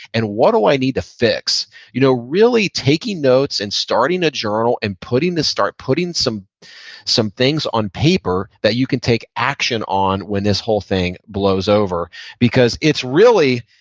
and what do i need to fix? you know really taking notes and starting a journal and putting, to start putting some some things on paper that you can take action on when this whole thing blows over because it's really,